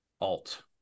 Alt